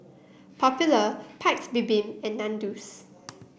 Popular Paik's Bibim and Nandos